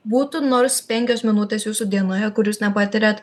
būtų nors penkios minutės jūsų dienoje kur jūs nepatiriat